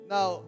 Now